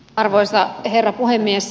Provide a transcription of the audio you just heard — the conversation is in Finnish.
arvoisa herra puhemies